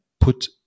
put